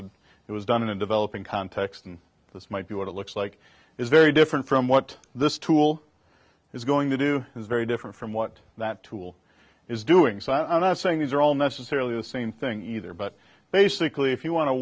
of it was done in a developing context and this might be what it looks like is very different from what this tool is going to do is very different from what that tool is doing so i'm not saying these are all necessarily the same thing either but basically if you wan